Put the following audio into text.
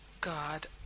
God